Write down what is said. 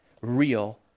real